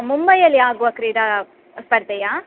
ಮುಂಬೈಯಲ್ಲಿ ಆಗುವ ಕ್ರೀಡಾ ಸ್ಪರ್ಧೆಯ